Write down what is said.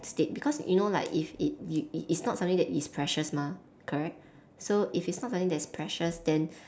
state because you know like if it it it's it's not something that is precious mah correct so if it's not something that is precious then